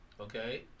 Okay